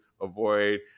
avoid